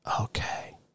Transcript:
Okay